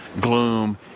gloom